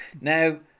now